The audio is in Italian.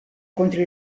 contro